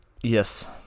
Yes